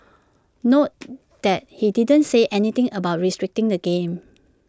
note that he didn't say anything about restricting the game